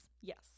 Yes